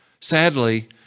Sadly